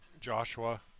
Joshua